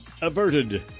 averted